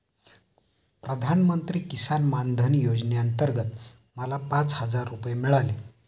प्रधानमंत्री किसान मान धन योजनेअंतर्गत मला पाच हजार रुपये मिळाले